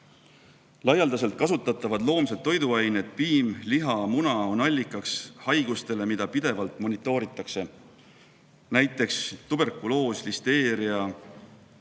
Laialdaselt kasutatavad loomsed toiduained, nagu piim, liha ja muna, on allikaks haigustele, mida pidevalt monitooritakse, näiteks tuberkuloos, listerioos,